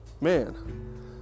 man